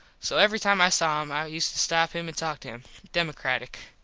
so every time i saw him i used to stop him and talk to him. democratic.